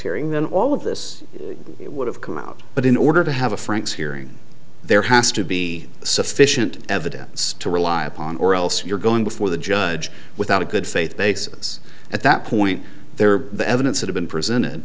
hearing then all of this would have come out but in order to have a frank's hearing there has to be sufficient evidence to rely upon or else you're going before the judge without a good faith basis at that point there the evidence would have been presented